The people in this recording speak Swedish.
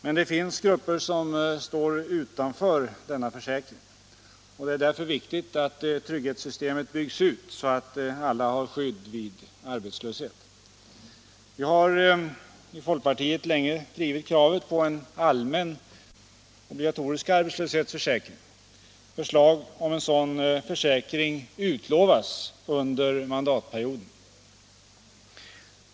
Det finns emellertid grupper som står utanför denna försäkring, och det är därför viktigt att trygghetssystemet byggs ut så att alla har skydd vid arbetslöshet. Vi har i folkpartiet länge drivit kravet på en allmän obligatorisk arbetslöshetsförsäkring. Förslag om en sådan försäkring utlovas under mandatperioden.